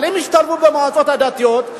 אבל הם ישתלבו במועצות הדתיות.